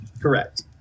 correct